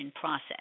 process